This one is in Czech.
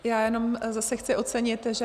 Já jenom zase chci ocenit, že